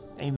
Amen